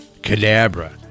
Cadabra